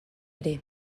ere